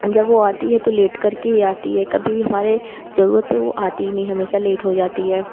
जब वो आती है तो लेट कर के आती है कभी भी हमारे ज़रूरत पर वो आती ही नहीं हमेशा लेट हो जाती है